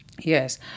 yes